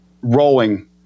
rolling